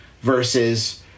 versus